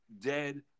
dead